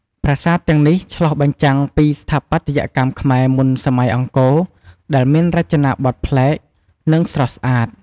ប្រាសាទទាំងនេះឆ្លុះបញ្ចាំងពីស្ថាបត្យកម្មខ្មែរមុនសម័យអង្គរដែលមានរចនាបថប្លែក និងស្រស់ស្អាត។